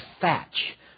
thatch